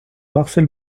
marcel